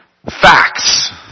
facts